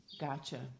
Gotcha